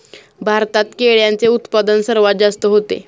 भारतात केळ्यांचे उत्पादन सर्वात जास्त होते